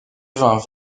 vins